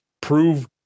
prove